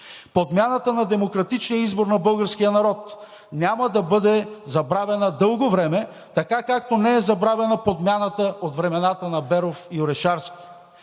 Подмяната на демократичния избор на българския народ няма да бъде забравена дълго време, така както не е забравена подмяната от времената на Беров и Орешарски.